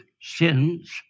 sins